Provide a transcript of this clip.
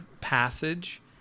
passage